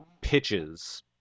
pitches